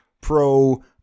pro